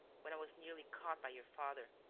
when i was nearly caught by your father,